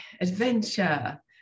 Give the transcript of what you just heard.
adventure